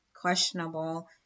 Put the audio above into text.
questionable